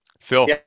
Phil